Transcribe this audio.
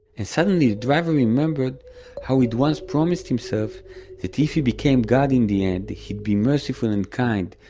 and suddenly the driver remembered how he'd once promised himself that if he became god in the end, he'd be merciful and kind,